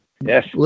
Yes